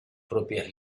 propias